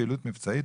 פעילות מבצעית,